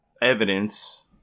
evidence